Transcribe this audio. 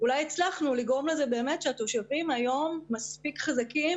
שאולי הצלחנו לגרום לכך שהתושבים היום מספיק חזקים